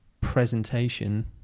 presentation